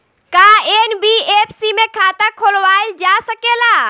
का एन.बी.एफ.सी में खाता खोलवाईल जा सकेला?